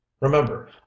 Remember